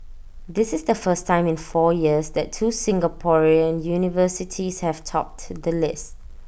this is the first time in four years that two Singaporean universities have topped the list